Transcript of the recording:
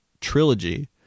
trilogy